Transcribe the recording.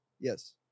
Yes